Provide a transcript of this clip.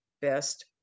best